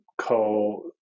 co